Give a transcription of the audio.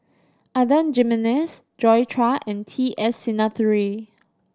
Adan Jimenez Joi Chua and T S Sinnathuray